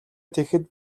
тэгэхэд